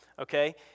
Okay